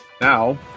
Now